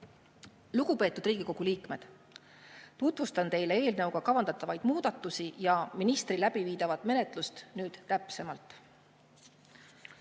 Lugupeetud Riigikogu liikmed! Tutvustan teile eelnõuga kavandatavaid muudatusi ja ministri läbiviidavat menetlust nüüd täpsemalt.